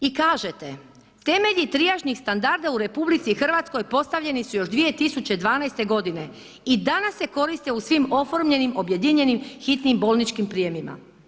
I kažete, temelji trijažnih standarda u RH postavljeni su još 2012. g., i danas se koriste u svim oformljenim objedinjenim hitnim bolničkim prijemima.